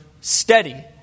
steady